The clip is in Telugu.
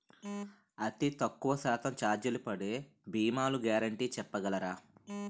అతి తక్కువ శాతం ఛార్జీలు పడే భీమాలు గ్యారంటీ చెప్పగలరా?